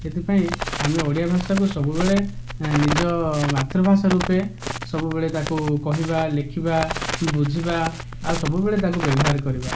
ଏଥିପାଇଁ ଆମେ ଓଡ଼ିଆ ଭାଷାକୁ ସବୁବେଳେ ନିଜ ମାତୃଭାଷା ରୂପେ ସବୁବେଳେ ତାକୁ କହିବା ଲେଖିବା ବୁଝିବା ଆଉ ସବୁବେଳେ ତାକୁ ବ୍ୟବହାର କରିବା